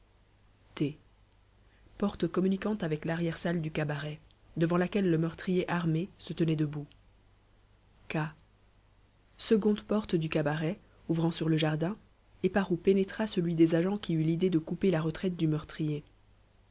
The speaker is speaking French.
porte communiquant avec larrière salle du cabaret devant laquelle le meurtrier armé se tenait debout k seconde porte du cabaret ouvrant sur le jardin et par où pénétra celui des agents qui eut l'idée de couper la retraite du meurtrier